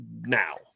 Now